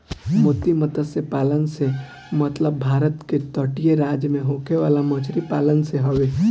मोती मतस्य पालन से मतलब भारत के तटीय राज्य में होखे वाला मछरी पालन से हवे